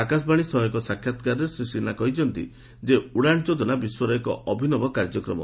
ଆକାଶବାଣୀ ସହ ଏକ ସାକ୍ଷାତକାରରେ ଶ୍ରୀ ସିହ୍ନା କହିଛନ୍ତି ଉଡାନ୍ ଯୋଜନା ବିଶ୍ୱର ଏକ ଅଭିନବ କାର୍ଯ୍ୟକ୍ରମ